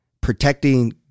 protecting